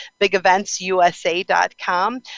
BigEventsUSA.com